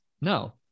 No